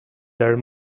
there